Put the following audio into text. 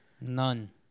None